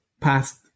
past